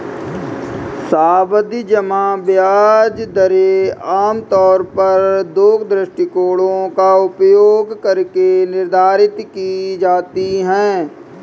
सावधि जमा ब्याज दरें आमतौर पर दो दृष्टिकोणों का उपयोग करके निर्धारित की जाती है